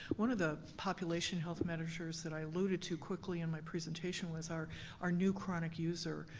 one of the population health measures that i alluded to quickly in my presentation was our our new chronic user.